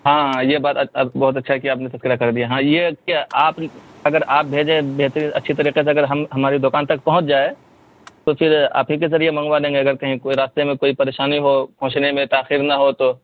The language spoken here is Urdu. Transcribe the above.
ہاں یہ بات اب بہت اچھا کیا آپ نے تذکرہ کر دیا ہاں یہ کہ آپ اگر آپ بھیجیں بہترین اچھی طریقے سے اگر ہم ہماری دکان تک پہنچ جائے تو پھر آپ ہی کے ذریعے منگوا لیں گے اگر کہیں کوئی راستے میں کوئی پریشانی ہو پہنچنے میں تاخیر نہ ہو تو